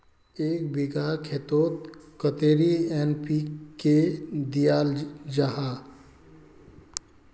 एक बिगहा खेतोत कतेरी एन.पी.के दियाल जहा?